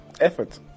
effort